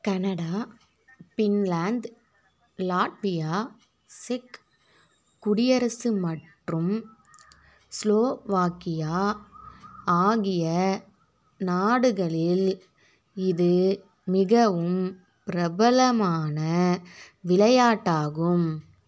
Canada Finland Latvia சிக் குடியரசு மற்றும் ஸ்லோவாக்கியா ஆகிய நாடுகளில் இது மிகவும் பிரபலமான விளையாட்டாகும்